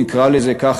נקרא לזה ככה,